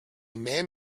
man